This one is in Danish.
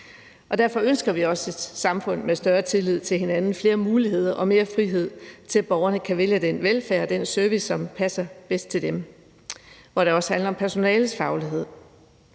Derfor ønsker vi også et samfund med større tillid til hinanden, flere muligheder og mere frihed til, at borgerne kan vælge den velfærd og den service, som passer bedst til dem, og der handler det også om personalets faglighed.